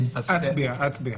אצביע, אצביע.